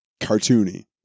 cartoony